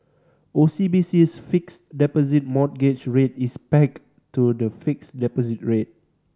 O C B C's Fixed Deposit Mortgage Rate is pegged to the fixed deposit rate